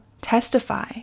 testify